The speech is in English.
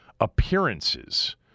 appearances